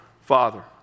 Father